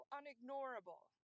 unignorable